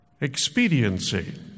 Expediency